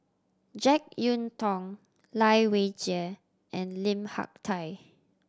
Jek Yeun Thong Lai Weijie and Lim Hak Tai